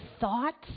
thoughts